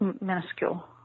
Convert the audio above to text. minuscule